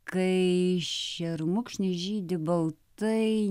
kai šermukšnis žydi baltai